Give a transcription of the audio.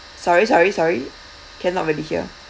sorry sorry sorry cannot really hear